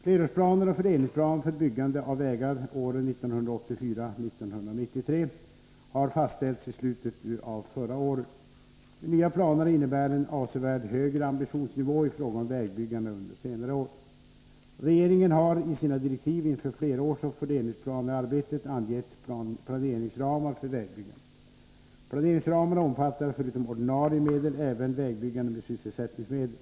Flerårsplanerna och fördelningsplanen för byggande av vägar åren 1984-1993 har fastställts i slutet av förra året. De nya planerna innebär en avsevärt högre ambitionsnivå i fråga om vägbyggande än under senare år. Regeringen har i sina direktiv inför flerårsoch fördelningsplanearbetet angett planeringsramar för vägbyggandet. Planeringsramarna omfattar förutom ordinarie medel även vägbyggande med sysselsättningsmedel.